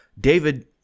David